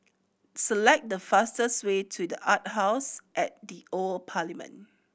select the fastest way to The Arts House at the Old Parliament